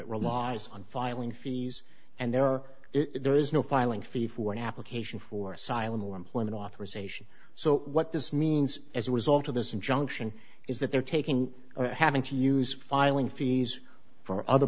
it relies on filing fees and there there is no filing fee for an application for asylum or employment authorization so what this means as a result of this injunction is that they're taking having to use filing fees for other